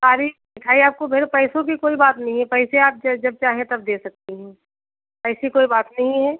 तारीख मिठाई आपको भेजो पैसों की कोई बात नहीं है पैसे आप जब चाहें तब दे सकती हैं ऐसी कोई बात नहीं है